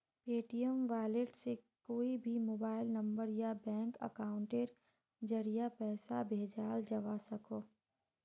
Paytm wallet से कोए भी मोबाइल नंबर या बैंक अकाउंटेर ज़रिया पैसा भेजाल जवा सकोह